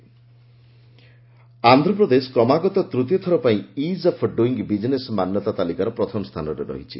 ease of doing Andhra Pradesh କ୍ରମାଗତ ତୂତୀୟ ଥରପାଇଁ 'ଇଜ୍ ଅଫ୍ ଡୁଇଙ୍ଗ୍ ବିଜିନେସ୍' ମାନ୍ୟତା ତାଲିକାର ପ୍ରଥମ ସ୍ଥାନରେ ରହିଛି